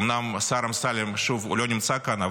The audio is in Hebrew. אומנם השר אמסלם שוב לא נמצא כאן,